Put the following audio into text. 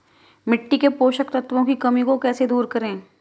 मिट्टी के पोषक तत्वों की कमी को कैसे दूर करें?